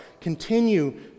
continue